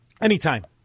Anytime